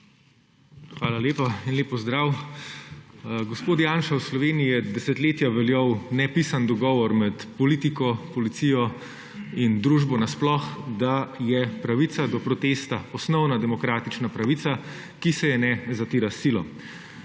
Hvala lepa. En lep pozdrav. Gospod Janša, v Sloveniji je desetletja veljal nepisan dogovor med politiko, policijo in družbo nasploh, da je pravica do protesta osnovna demokratična pravica, ki se je ne zatira s silo.